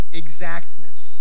exactness